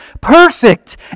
perfect